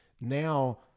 now